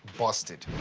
busted.